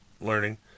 learning